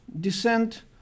descent